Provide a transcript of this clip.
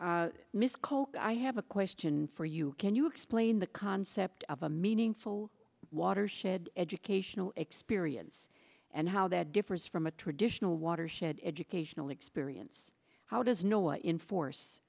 cole i have a question for you can you explain the concept of a meaningful watershed educational experience and how that differs from a traditional watershed educational experience how does